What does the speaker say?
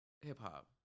hip-hop